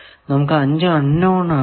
നമുക്ക് 5 unknown ഉണ്ട്